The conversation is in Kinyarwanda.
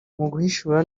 guhishura